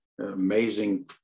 amazing